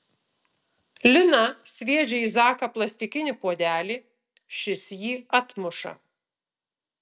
lina sviedžia į zaką plastikinį puodelį šis jį atmuša